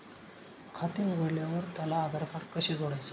खाते उघडल्यावर त्याला आधारकार्ड कसे जोडायचे?